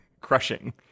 crushing